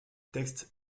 texte